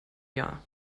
jahr